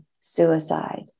suicide